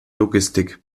logistik